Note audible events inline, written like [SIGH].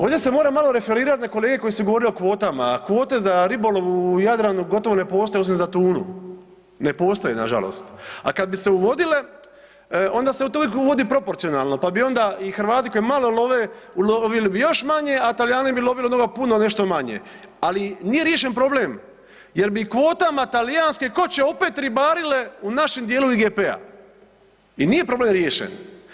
Ovdje se moram malo referirati na kolege koji su govorili o kvotama a kvote za ribolov u Jadranu gotovo ne postoje osim za tunu, ne postoje nažalost, a kad bi se uvodile, onda se to uvodi proporcionalno, pa bi onda i Hrvati koji malo love, ulovili bi još manje a Talijani bi lovili od ... [UNINTELLIGIBLE] puno nešto manje ali nije riješen problem jer bi kvotama talijanske koće opet ribarile u našem djelu IGP-a. i nije problem riješen.